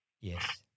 Yes